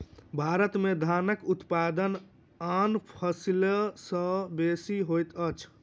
भारत में धानक उत्पादन आन फसिल सभ सॅ बेसी होइत अछि